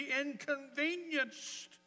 inconvenienced